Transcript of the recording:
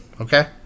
Okay